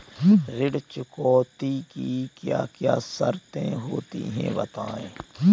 ऋण चुकौती की क्या क्या शर्तें होती हैं बताएँ?